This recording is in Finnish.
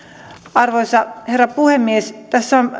arvoisa herra puhemies tässä on